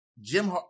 Jim